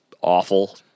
awful